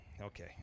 Okay